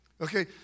Okay